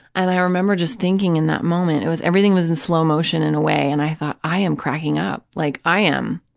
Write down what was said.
i like i remember just thinking in that moment, it was, everything was in slow motion in a way, and i thought, i am cracking up, like, i am,